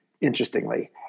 interestingly